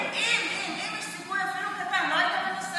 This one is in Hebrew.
אם, אם יש סיכוי, אפילו קטן, לא היית מנסה?